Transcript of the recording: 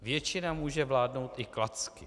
Většina může vládnout i klacky.